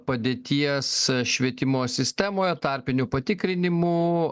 padėties švietimo sistemoje tarpinių patikrinimų